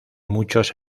muchos